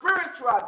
spiritual